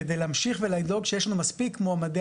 כדי להמשיך ולדאוג שיש לנו מספיק מועמדי